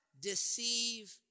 Deceive